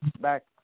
back